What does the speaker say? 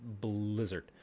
Blizzard